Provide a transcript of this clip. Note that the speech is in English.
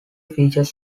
feature